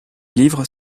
livres